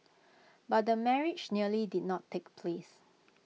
but the marriage nearly did not take place